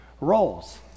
roles